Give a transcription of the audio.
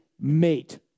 mate